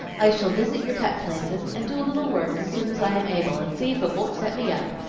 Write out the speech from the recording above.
i shall visit your pet places and do a little work as soon as i am able, and see if it won't set me up.